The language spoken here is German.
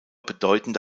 bedeutende